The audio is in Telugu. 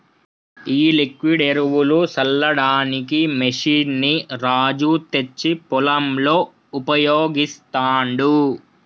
ఈ లిక్విడ్ ఎరువులు సల్లడానికి మెషిన్ ని రాజు తెచ్చి పొలంలో ఉపయోగిస్తాండు